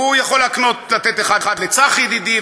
הוא יכול לתת אחד לצחי ידידי,